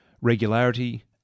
regularity